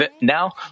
Now